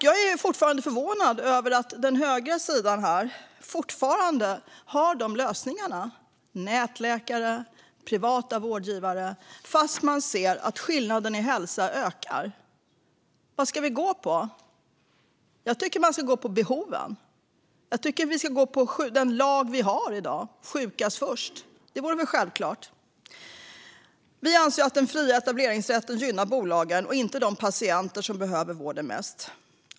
Jag är förvånad över att den högra sidan här fortfarande har dessa lösningar - nätläkare, privata vårdgivare - fast man ser att skillnaden i hälsa ökar. Vad ska vi gå på? Jag tycker att vi ska gå på behoven. Jag tycker att vi ska gå på den lag vi har i dag - sjukast först. Det vore väl självklart. Vi anser att den fria etableringsrätten gynnar bolagen och inte de patienter som behöver vården mest.